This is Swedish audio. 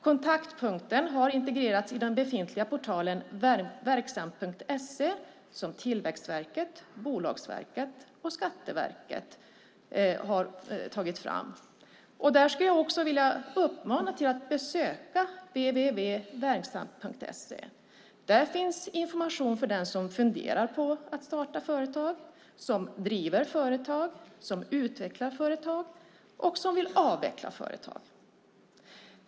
Kontaktpunkten har integrerats i den befintliga portalen verksamt.se, som Tillväxtverket, Bolagsverket och Skatteverket har tagit fram. Jag vill uppmana till att besöka www.verksamt.se. Där finns information för den som funderar på att starta företag, som driver företag, som utvecklar företag och som vill avveckla företag.